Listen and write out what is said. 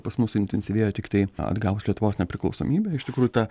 pas mus suintensyvėjo tiktai atgavus lietuvos nepriklausomybę iš tikrųjų ta